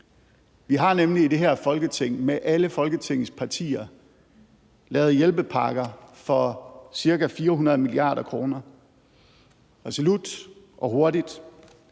Vi har nemlig i det her Folketing med alle Folketingets partier lavet hjælpepakker for ca. 400 mia. kr. – resolut og hurtigt.